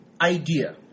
idea